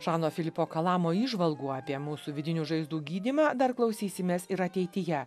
žano filipo kalamo įžvalgų apie mūsų vidinių žaizdų gydymą dar klausysimės ir ateityje